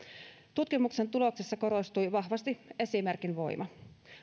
tutkimuksen tuloksissa korostui vahvasti esimerkin voima